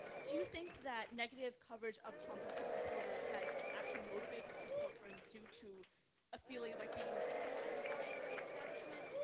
do you think that negative coverage of trump and trump's supporters has actually motivated support from them due to a feeling of like being victimized by the establishment?